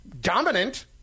dominant